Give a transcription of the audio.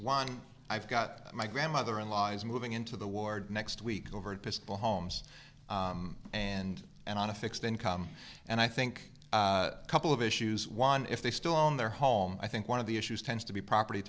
one i've got my grandmother in law is moving into the ward next week over admissable homes and and on a fixed income and i think couple of issues one if they still own their home i think one of the issues tends to be property